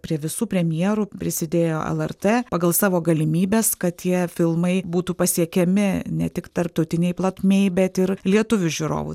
prie visų premjerų prisidėjo lrt pagal savo galimybes kad tie filmai būtų pasiekiami ne tik tarptautinėj plotmėj bet ir lietuvių žiūrovų